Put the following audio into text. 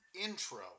intro